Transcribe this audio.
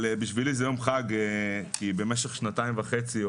עבורי זה יום חג כי במשך שנתיים וחצי,